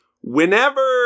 whenever